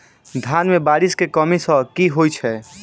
धान मे बारिश केँ कमी सँ की होइ छै?